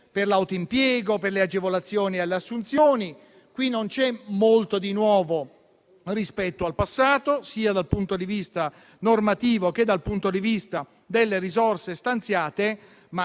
per l'autoimpiego, per le agevolazioni alle assunzioni: qui non c'è molto di nuovo rispetto al passato, sia dal punto di vista normativo che dal punto di vista delle risorse stanziate,